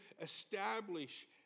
establish